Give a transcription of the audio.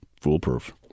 foolproof